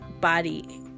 body